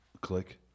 Click